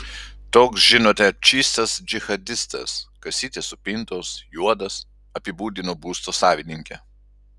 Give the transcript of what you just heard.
toks žinote čystas džihadistas kasytės supintos juodas apibūdino būsto savininkė